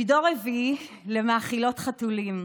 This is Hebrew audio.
אני דור רביעי למאכילות חתולים,